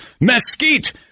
Mesquite